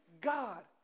God